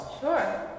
Sure